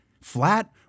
flat